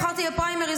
נבחרתי בפריימריז,